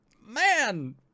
man